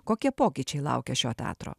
kokie pokyčiai laukia šio teatro